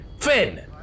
Finn